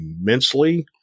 immensely